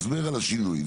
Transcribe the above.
הסבר על השינוי.